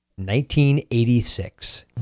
1986